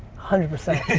hundred percent